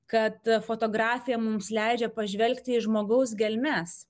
kad fotografija mums leidžia pažvelgti į žmogaus gelmes